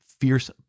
fierce